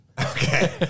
Okay